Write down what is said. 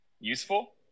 useful